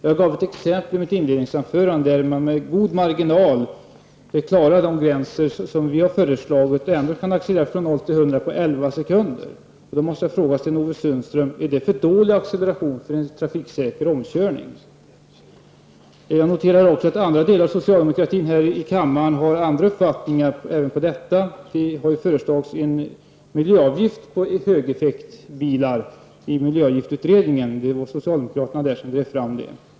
Jag gav ett exempel i mitt inledningsanförande där man med god marginal klarar de gränser som vi har föreslagit och att man ändå kan accelererafrån 0-- 100 km/tim på 11 sekunder. Då måste jag fråga Sten-Ove Sundström: Är det för dålig acceleration för en trafiksäker omkörning? Jag noterar också att andra delar av socialdemokratin här i kammaren har andra uppfattningar även i fråga om detta. Det har ju väckts förslag om en miljöavgift på högeffektbilar i miljöavgiftsutredningen. Det var socialdemokraterna där som drev fram det.